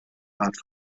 art